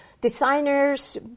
designers